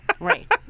Right